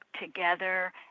together